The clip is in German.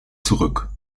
zurück